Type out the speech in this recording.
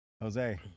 Jose